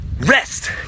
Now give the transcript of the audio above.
Rest